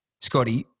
Scotty